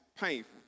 painful